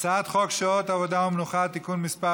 הצעת חוק שעות עבודה ומנוחה (תיקון מס'